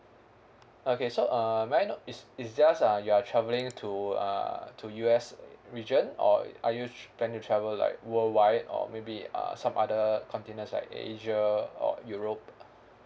okay so uh may I know it's it's just uh you are travelling to uh to U_S region or are you planning travel like worldwide or maybe uh some other continents like asia or europe